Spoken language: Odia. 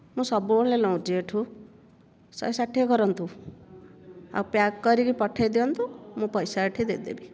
ମୁଁ ସବୁବେଳେ ନଉଛି ଏଇଠୁ ଶହେ ଷାଠିଏ କରନ୍ତୁ ଆଉ ପ୍ୟାକ୍ କରିକି ପଠାଇଦିଅନ୍ତୁ ମୁଁ ପଇସା ଏଠି ଦେଇଦେବି